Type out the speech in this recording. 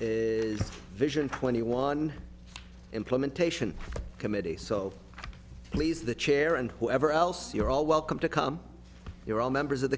is vision for twenty one implementation committee so please the chair and whoever else you're all welcome to come here all members of the